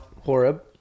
Horeb